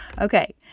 Okay